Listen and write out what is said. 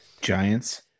Giants